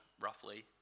roughly